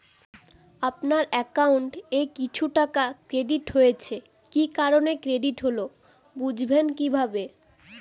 আপনার অ্যাকাউন্ট এ কিছু টাকা ক্রেডিট হয়েছে কি কারণে ক্রেডিট হল বুঝবেন কিভাবে?